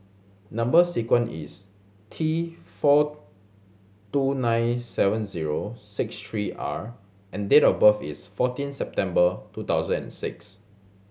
number sequence is T four two nine seven zero six three R and date of birth is fourteen September two thousand and six